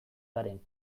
garen